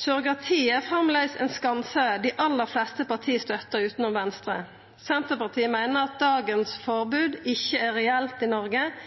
Surrogati er framleis ein skanse dei aller fleste parti støttar, utanom Venstre. Senterpartiet meiner at dagens forbod ikkje er reelt i Noreg.